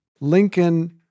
Lincoln